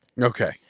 Okay